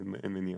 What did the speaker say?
שאין מניעה.